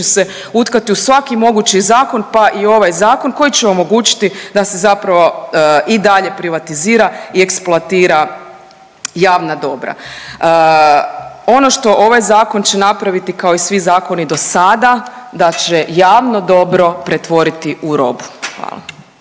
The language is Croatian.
će se utkati u svaki mogući zakon, pa i ovaj Zakon koji će omogućiti da se zapravo i dalje privatizira i eksploatira javna dobra. Ono što ovaj Zakon će napraviti kao i svi zakoni do sada, da će javno dobro pretvoriti u robu. Hvala.